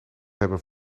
hebben